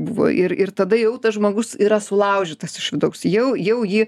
buvo ir ir tada jau tas žmogus yra sulaužytas iš vidaus jau jau jį